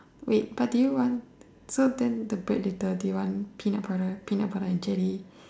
wait but did you run so then the bread later did you run peanut butter peanut butter and jelly